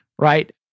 right